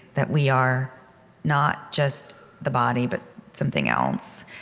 that we are not just the body, but something else.